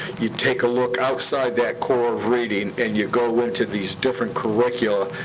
you take a look outside that core of reading, and you go into these different curricula,